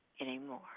anymore